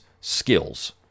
skills